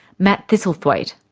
matt thistlethwaite.